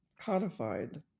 codified